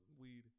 weed